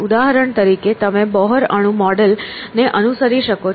ઉદાહરણ તરીકે તમે બોહર અણુ મોડેલ ને અનુસરી શકો છો